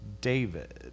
David